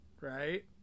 Right